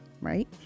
right